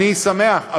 אני שמח,